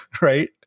right